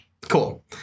Cool